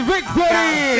Victory